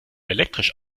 elektrisch